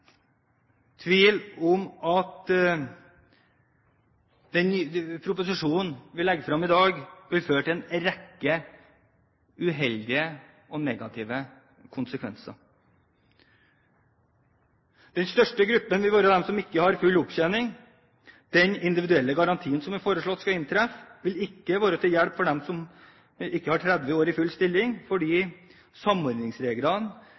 tvil om at innstillingen vi legger frem i dag, vil få en rekke uheldige og negative konsekvenser. Den største gruppen vil være de som ikke har full opptjeningstid. Den individuelle garantien som er foreslått skal inntreffe, vil ikke være til hjelp for dem som ikke har 30 år i full stilling, fordi samordningsreglene